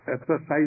exercise